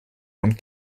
und